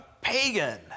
pagan